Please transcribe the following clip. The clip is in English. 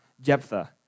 Jephthah